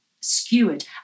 skewered